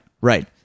Right